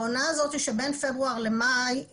העונה הזאת שבין פברואר למאי,